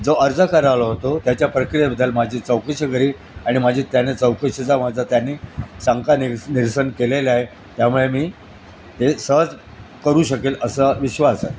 जो अर्ज करालो होतो त्याच्या प्रक्रियेबद्दल माझी चौकशी घरी आणि माझी त्याने चौकशीचा माझा त्यांनी चांगका नि निरसन केलेला आहे त्यामुळे मी हे सहज करू शकेल असा विश्वास